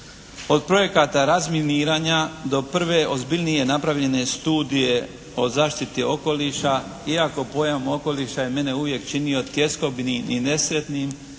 Od projekata razminiranja do prve ozbiljnije napravljene studije o zaštiti okoliša iako pojam okoliša je mene uvijek činio tjeskobnim i nesretnim